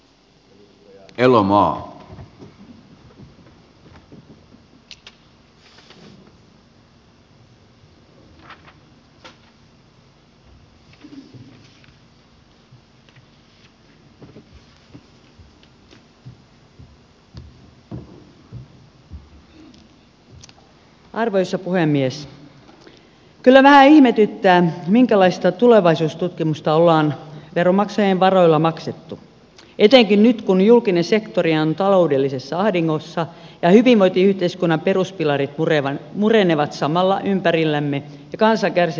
kyllä vähän ihmetyttää minkälaista tulevaisuustutkimusta ollaan veronmaksajien varoilla maksettu etenkin nyt kun julkinen sektori on taloudellisessa ahdingossa ja hyvinvointiyhteiskunnan peruspilarit murenevat samalla ympärillämme ja kansan kärsimys lisääntyy